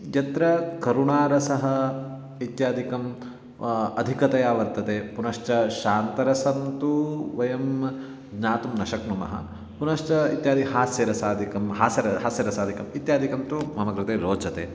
यत्र करुणारसः इत्यादिकम् अधिकतया वर्तते पुनश्च शान्तिरसं तु वयं ज्ञातुं न शक्नुमः पुनश्च इत्यादि हास्यरसादिकं हास्यं हास्यरसादिकम् इत्यादिकं तु मम कृते रोचते